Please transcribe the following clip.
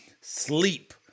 Sleep